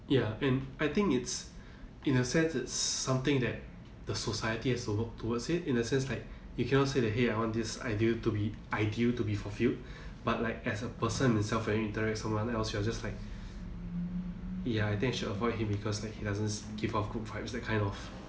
ya and I think it's in a sense it's something that the society has to work towards it in a sense like you cannot say like hey I want this ideal to be ideal to be fulfilled but like as a person itself when you interact with someone else you are just like ya I think should avoid him because that like he doesn't give of good vibes that kind of